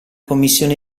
commissione